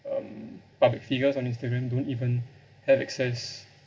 um public figures on instagram don't even have access